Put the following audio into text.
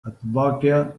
advoca